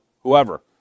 Whoever